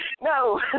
no